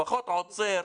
לפחות עוצר.